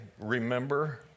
remember